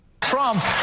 Trump